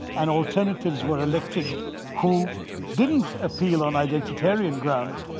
and alternatives were elected who didn't appeal on identitarian grounds.